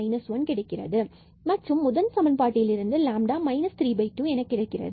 நமக்கு 1 கிடைக்கிறது மற்றும் முதல் சமன்பாட்டில் இருந்து நமக்கு 32 கிடைக்கிறது